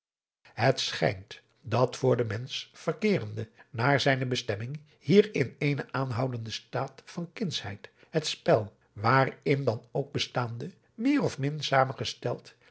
het schijnt dat voor den mensch verkeerende naar zijne bestemming hier in eenen aanhoudenden staat van kindschheid het spel waarin dan ook bestaande meer of min zamengesteld